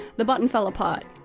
the button fell apart,